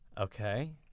okay